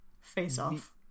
Face-off